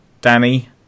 Danny